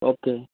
okay